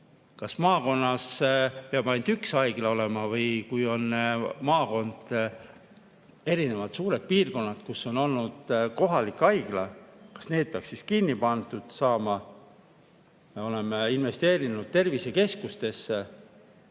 Kas maakonnas peab ainult üks haigla olema või kui on maakonnas erinevad suured piirkonnad, kus on olnud kohalik haigla, kas need peaks kinni pandud saama? Me oleme investeerinud tervisekeskustesse.